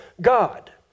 God